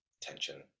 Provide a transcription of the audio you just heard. tension